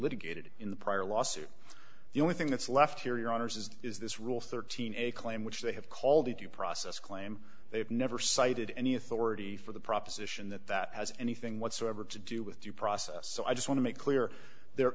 litigated in the prior lawsuit the only thing that's left here your honour's is is this rule thirteen a claim which they have called the due process claim they've never cited any authority for the proposition that that has anything whatsoever to do with due process so i just want to make clear there